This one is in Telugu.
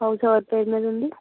హౌస్ ఎవరి పేరు మీద ఉంది